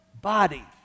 body